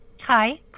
Hi